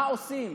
מה עושים?